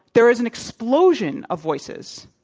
there is an explosion of voices.